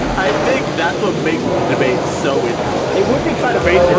i think that's what makes the debate so interesting. it would be kind of